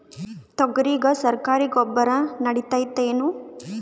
ತೊಗರಿಗ ಸರಕಾರಿ ಗೊಬ್ಬರ ನಡಿತೈದೇನು?